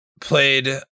played